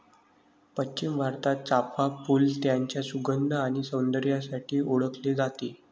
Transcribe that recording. पश्चिम भारतात, चाफ़ा फूल त्याच्या सुगंध आणि सौंदर्यासाठी ओळखले जाते